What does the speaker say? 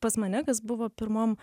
pas mane kas buvo pirmom